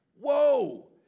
Whoa